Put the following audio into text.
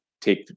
take